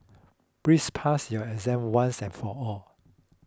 please pass your exam once and for all